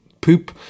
poop